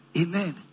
Amen